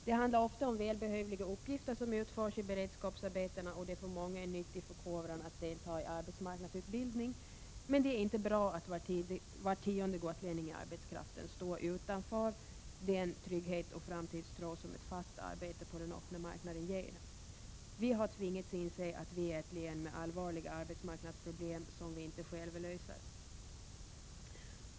Det handlar ofta om välbehövliga uppgifter som utförs i beredskapsarbetena, och det är för många en nyttig förkovran att delta i arbetsmarknadsutbildning, men det är inte bra att var tionde gotlänning i arbetskraften står utan den trygghet och framtidstro som ett fast arbete på den öppna marknaden ger. Vi har tvingats inse att vi bor i ett län med allvarliga arbetsmarknadsproblem som vi inte själva kan lösa.